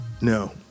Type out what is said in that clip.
No